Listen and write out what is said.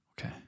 Okay